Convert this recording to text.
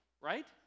right